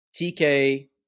TK